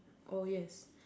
oh yes